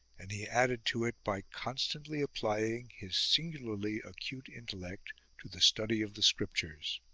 and he added to it by constantly applying his singularly acute intellect to the study of the scriptures.